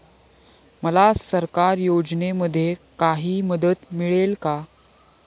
मला सरकारी योजनेमध्ये काही मदत मिळेल का?